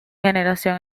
generación